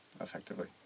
effectively